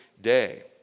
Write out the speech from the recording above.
day